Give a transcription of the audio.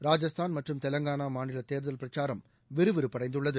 ராஜஸ்தான் மற்றும் தெலுங்கானா மாநில தேர்தல் பிரச்சாரம் விறு விறுப்படைந்துள்ளது